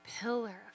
pillar